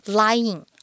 lying